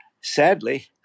sadly